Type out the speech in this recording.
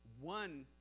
one